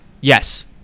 Yes